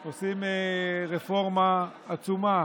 אנחנו עושים רפורמה עצומה